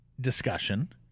discussion